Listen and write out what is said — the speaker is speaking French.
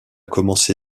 commencé